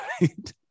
right